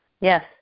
yes